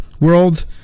world